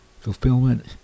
Fulfillment